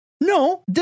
No